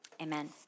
amen